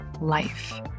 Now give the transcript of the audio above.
life